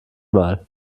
mal